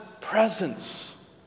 presence